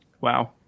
Wow